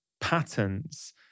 patterns